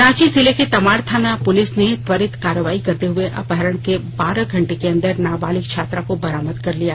रांची जिले की तमाड़ थाना पुलिस ने त्वचरित कार्रवाई करते हुए अपहरण के बारह घंटे के अंदर नाबालिक छात्रा को बरामद कर लिया